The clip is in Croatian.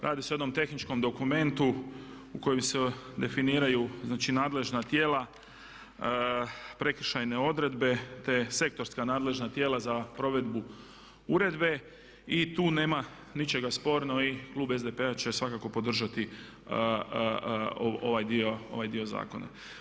Radi se o jednom tehničkom dokumentu u kojem se definiraju znači nadležna tijela, prekršajne odredbe te sektorska nadležna tijela za provedbu uredbe i tu nema ničega sporno i klub SDP-a će svakako podržati ovaj dio zakona.